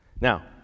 Now